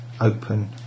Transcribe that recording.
open